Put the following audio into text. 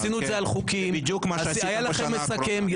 עשינו את זה על חוקים, היה לכם מסכם.